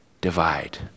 divide